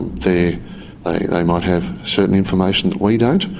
they they might have certain information that we don't.